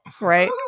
Right